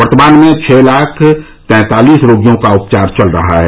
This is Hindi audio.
वर्तमान में छह लाख तैंतालीस रोगियों का उपचार चल रहा है